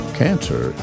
cancer